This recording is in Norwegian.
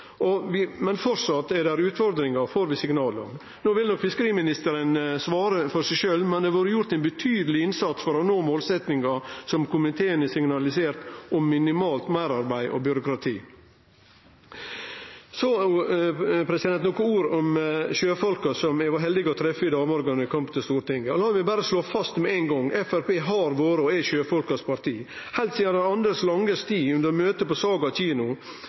og mottak, men framleis er det utfordringar, får vi signal om. No vil nok fiskeriministeren svare for seg sjølv, men det har vore gjort ein betydeleg innsats for å nå målsetjinga som komiteen har signalisert om minimalt meirarbeid og byråkrati. Så nokre ord om sjøfolka eg var heldig å treffe i dag morgon då eg kom til Stortinget. La meg berre slå fast med ein gong: Framstegspartiet har vore og er sjøfolkas parti. Heilt sidan Anders Langes tid under møtet på Saga kino